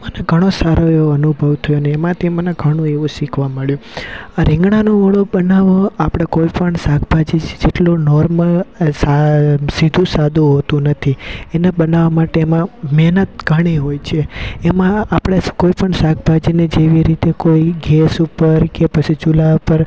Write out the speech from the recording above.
મને ઘણો સારો એવો અનુભવ થયોને એમાંથી મને ઘણું એવું શીખવા મળ્યું આ રીંગણાનો ઓળો બનાવો આપણે કોઇપણ શાકભાજી જેટલો નોર્મલ એમ સીધો સાદો હોતો નથી એને બનાવા માટે એમાં મહેનત ઘણી હોય છે એમાં આપણે કોઈપણ શાક ભાજીને જ એવી રીતે કોઈ ગેસ ઉપર કે પછી ચૂલા ઉપર